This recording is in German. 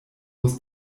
muss